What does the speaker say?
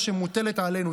שמוטלת עלינו.